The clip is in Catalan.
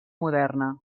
moderna